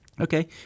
Okay